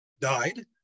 Died